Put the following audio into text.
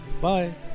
bye